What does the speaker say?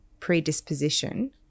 predisposition